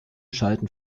schalten